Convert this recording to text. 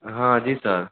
हाँ जी सर